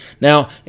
Now